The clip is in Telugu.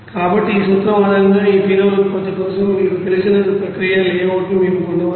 కాబట్టి ఈ సూత్రం ఆధారంగా ఈ ఫీనోల్ ఉత్పత్తి కోసం మీకు తెలిసిన ప్రక్రియ లేఅవుట్ను మేము పొందవచ్చు